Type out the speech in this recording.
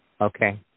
Okay